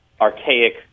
archaic